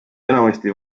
enamasti